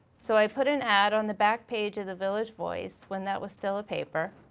so i put an ad on the back page of the village voice when that was still a paper,